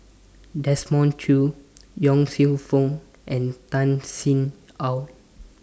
Desmond Choo Yong Lew Foong and Tan Sin Aun